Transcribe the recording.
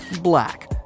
black